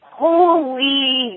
holy